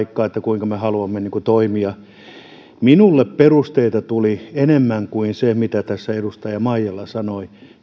semmoinen seurantapaikka kuinka me haluamme toimia minulle perusteita kypärän käytön osalta tuli enemmän kuin edustaja maijala sanoi